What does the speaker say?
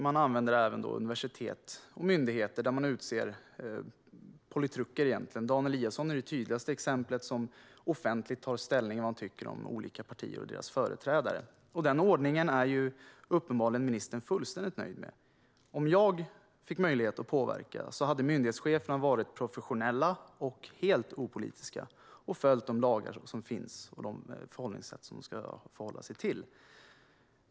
Man utser också politruker som rektorer och chefer på universitet och myndigheter. Dan Eliasson är det tydligaste exemplet. Han tog offentligt ställning till vad han tycker om olika partier och deras företrädare. Den ordningen är ministern uppenbarligen fullständigt nöjd med. Om jag fick möjlighet att påverka hade myndighetscheferna varit professionella och helt opolitiska och följt de lagar som finns och de förhållningssätt som gäller.